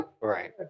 Right